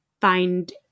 find